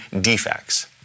defects